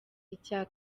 icya